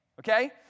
Okay